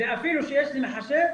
ואפילו שיש לי מחשב,